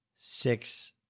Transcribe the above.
six